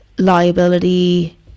liability